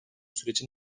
süreci